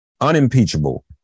unimpeachable